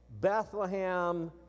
Bethlehem